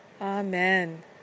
amen